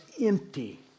empty